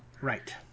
Right